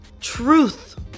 Truth